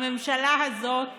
הממשלה הזאת